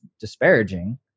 disparaging